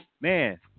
Man